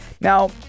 now